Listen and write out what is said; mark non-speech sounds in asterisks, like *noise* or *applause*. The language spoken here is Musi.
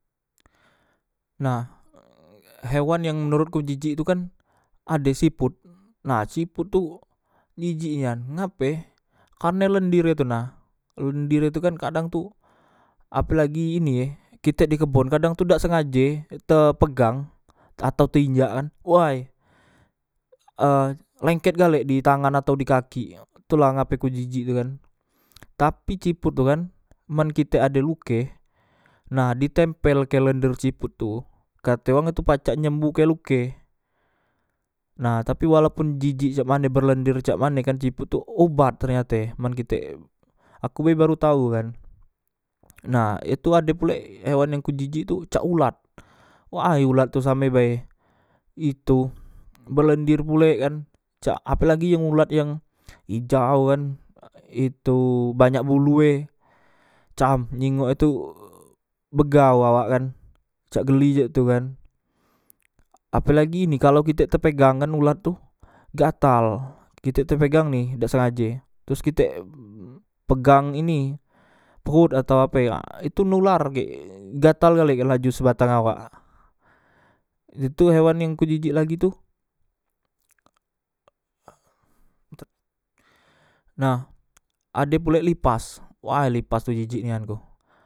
Nah *hesitation* hewan yang menorotku jijiktu kan ade siput nah siput tu jijik nian ngape karne lendir e tu na lendir e tu kan kadang tu apelagi ini e kitek di kebon kadang tu dak sengaje te pegang atau te injakkan way e *hesitation* lengket galek di tangan atau di kaki tula ngape ku jijik tu kan tapi ciput tu kan men kte ade luke nah di tempelke lender siput tu kate wang tu pacak nyembuhke luke nah tapi walaupun jijik jak mane belender cak mane ciput tu obat ternyate men kitek aku be baru tau kan nah itu ade pulek hewan yang ku jijik tu cak ulat way ulat tu same bae itu belender pulek kan cak ape lagi men ulat yang ijau kan itu *hesitation* banyak bulue cam ninggok e tu begau awak kan cak geli cak tu kan ape lagi ini kalok kite tepegang ngan ulat tu gatal kitek tepegang ni dak sengaje terus kite *hesitation* pegang ini pehot atau ape itu nular gek gatal gale laju sebatang awak kak itu hewan yang ku jijik lagi tu *hesitation* nah ade pulek lipas way lipas tu jijik nian ku